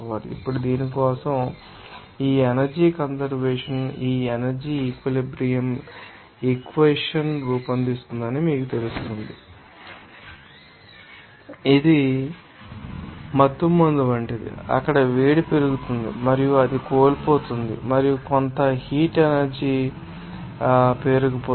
ఇప్పుడు దీని కోసం అడగండి ఈ ఎనర్జీ కంజర్వేషన్ ఈ ఎనర్జీ ఈక్విలిబ్రియం ఇక్వెషన్ రూపొందిస్తుందని మీకు తెలుసు ఇది మత్తుమందు వంటిది అక్కడ వేడి పెరుగుతోంది మరియు అది కోల్పోతోంది మరియు కొంత హీట్ ఎనర్జీ పేరుకుపోవడం కూడా మీరు చూడవచ్చు